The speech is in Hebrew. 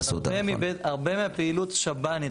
הרבה מהפעילות השב"נים,